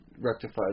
rectify